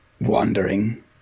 wandering